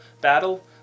battle